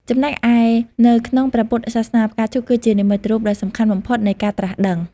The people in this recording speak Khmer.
ចំណែកឯ នៅក្នុងព្រះពុទ្ធសាសនា ផ្កាឈូកគឺជា និមិត្តរូបដ៏សំខាន់បំផុតនៃការត្រាស់ដឹង។